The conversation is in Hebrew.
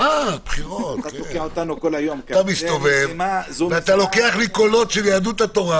וגם זה נאמר קודם שהלכה